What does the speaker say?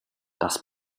das